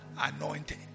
anointed